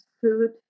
food